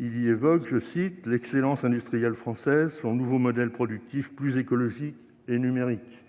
Il y évoque « l'excellence industrielle française, son nouveau modèle productif plus écologique et numérique ».